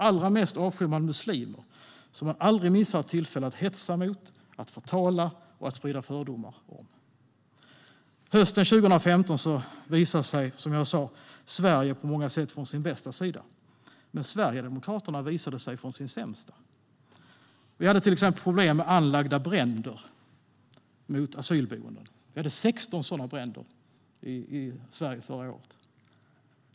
Allra mest avskyr de muslimer, som de aldrig missar tillfället att hetsa mot, att förtala och att sprida fördomar om. Hösten 2015 visade sig, som jag sa, Sverige på många sätt från sin bästa sida. Men Sverigedemokraterna visade sig från sin sämsta. Det var till exempel problem med anlagda bränder mot asylboenden. Det var 16 sådana bränder i Sverige förra året.